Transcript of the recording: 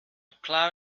cloud